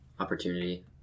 opportunity